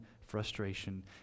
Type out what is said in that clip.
frustration